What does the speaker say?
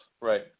right